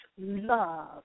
love